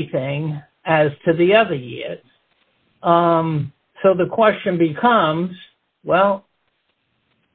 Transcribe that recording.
anything as to the other yet so the question becomes well